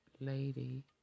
Lady